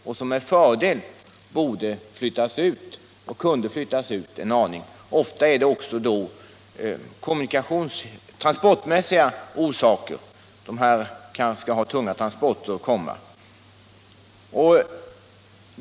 De skulle med fördel, ofta av transportmässiga skäl, kunna flyttas ut — de kanske t.ex. har tunga transporter.